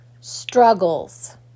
struggles